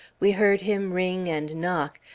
we heard him ring and knock,